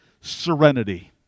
serenity